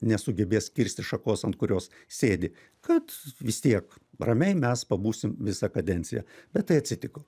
nesugebės kirsti šakos ant kurios sėdi kad vis tiek ramiai mes pabūsim visą kadenciją ir tai atsitiko